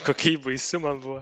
kokia ji baisi man buvo